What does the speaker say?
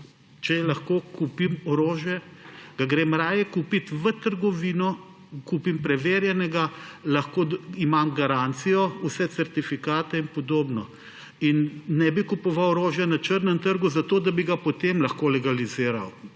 če lahko kupim orožje, ga grem raje kupit v trgovino in kupim preverjenega, lahko imam garancijo, vse certifikate in podobno. In ne bi kupoval orožja na črnem trgu, zato da bi ga potem lahko legaliziral.